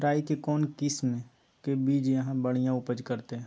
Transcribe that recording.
राई के कौन किसिम के बिज यहा बड़िया उपज करते?